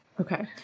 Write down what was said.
Okay